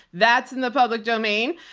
that's in the public domain.